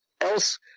Else